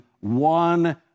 one